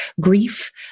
grief